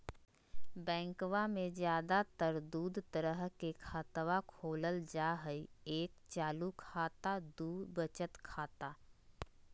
बैंकवा मे ज्यादा तर के दूध तरह के खातवा खोलल जाय हई एक चालू खाता दू वचत खाता